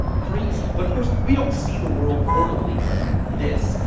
crazy! but, of course, we don't see the world horribly, like this,